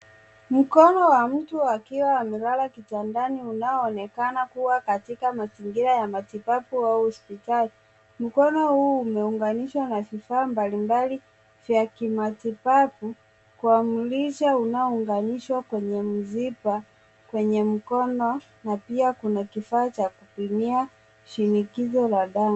Mkono wa mtu akiwa amelala kitandani unaoonekana ukiwa katika mazingira ya matibabu au hospitali. Mkono huu umeunganishwa na vifaa mbalimbali vya kimatibabu kwa mrija unaounganishwa kwenye mshipa kwenye mkono na pia luna kifaa cha kupimia shinikizo la damu.